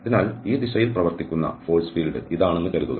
അതിനാൽ ഈ ദിശയിൽ പ്രവർത്തിക്കുന്ന ഫോഴ്സ് ഫീൽഡ് ഇതാണെന്ന് കരുതുക